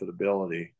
profitability